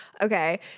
Okay